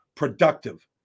productive